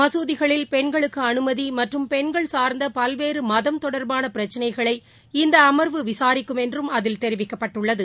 மசூதிகளில் பெண்களுக்குஅனுமதிமற்றும் பெண்கள் சார்ந்தபல்வேறுமதம் தொடர்பானபிரச்சினைகளை இந்தஅமர்வு விசாரிக்கும் என்றும் அதில் தெரிவிக்கப்பட்டுள்ளது